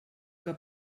que